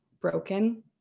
broken